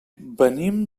venim